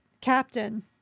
captain